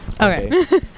Okay